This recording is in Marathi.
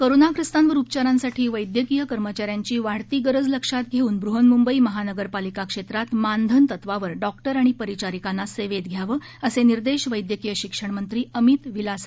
करोनाग्रस्तांवर उपचारांसाठी वैद्यकीय कर्मचाऱ्यांची वाढती गरज लक्षात घेऊन वृहन्मुंबई महानगर पालिका क्षेत्रात मानधन तत्वावर डॉक्टर आणि परिचारिकांना सेवेत घ्यावं असे निर्देश वैद्यकीय शिक्षणमंत्री अमित विलासराव देशमुख यांनी आज दिले